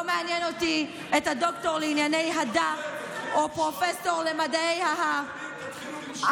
לא מעניין אותי הדוקטור לענייני ה-דה או פרופסור למדעי ה- ה-.